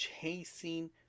chasing